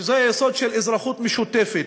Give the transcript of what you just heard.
שזה היסוד של אזרחות משותפת,